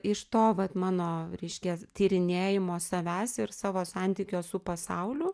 iš to vat mano reiškia tyrinėjimo savęs ir savo santykio su pasauliu